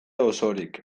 osorik